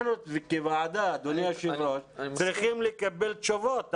אנחנו כוועדה אדוני היו"ר, צריכים לקבל תשובות.